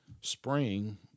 spring